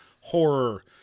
horror